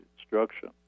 instruction